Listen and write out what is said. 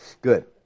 Good